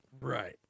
Right